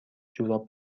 جوراب